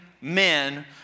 men